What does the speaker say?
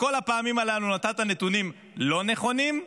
בכל הפעמים הללו נתת נתונים לא נכונים,